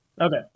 Okay